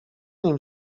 nim